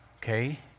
Okay